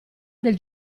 del